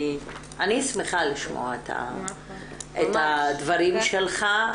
אני שמחה לשמוע את הדברים שלך.